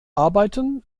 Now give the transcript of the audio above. arbeiten